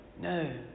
No